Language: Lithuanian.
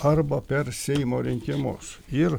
arba per seimo rinkimus ir